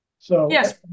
Yes